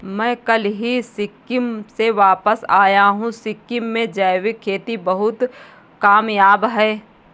मैं कल ही सिक्किम से वापस आया हूं सिक्किम में जैविक खेती बहुत कामयाब है